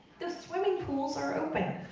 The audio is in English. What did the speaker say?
the swimming pools are open.